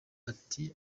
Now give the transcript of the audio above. ati